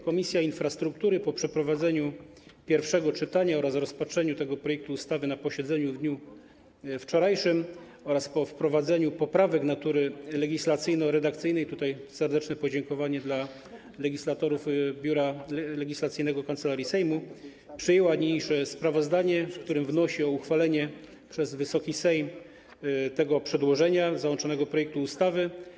Komisja Infrastruktury po przeprowadzeniu pierwszego czytania oraz rozpatrzeniu tego projektu ustawy na posiedzeniu w dniu wczorajszym, a także po wprowadzeniu poprawek natury legislacyjno-redakcyjnej - tutaj serdeczne podziękowanie dla legislatorów z Biura Legislacyjnego Kancelarii Sejmu - przyjęła niniejsze sprawozdanie, w którym wnosi o uchwalenie przez Wysoki Sejm tego przedłożenia, załączonego projektu ustawy.